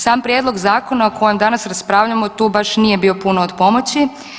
Sam prijedlog Zakona o kojem danas raspravljamo tu baš nije bio puno od pomoći.